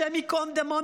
השם ייקום דמו,